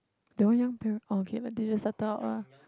that one young parent oh okay they just settle out ah